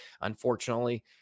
Unfortunately